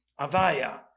Avaya